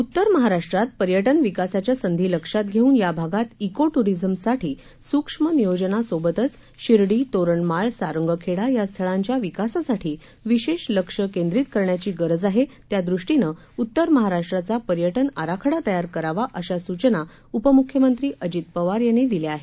उत्तर महाराष्ट्रात पर्यटन विकासाच्या संधी लक्षात घेवून याभागात इको ट्रिझमसाठी सूक्ष्म नियोजनासोबतच शिर्डी तोरणमाळ सारंगखेडा या स्थळांच्या विकासासाठी विशेष लक्ष केंद्रीत करण्याची गरज आहे त्यादृष्टीनं उत्तर महाराष्ट्राचा पर्यटन आराखडा तयार करावा अशा सूचना उपम्ख्यमंत्री अजित पवार यांनी दिल्या आहेत